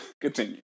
Continue